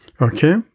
Okay